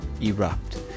erupt